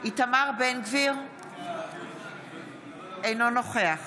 איתמר בן גביר, אינו נוכח